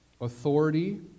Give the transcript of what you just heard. Authority